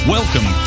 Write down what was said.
Welcome